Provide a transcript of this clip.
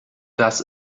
das